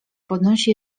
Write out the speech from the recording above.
podnosi